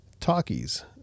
talkies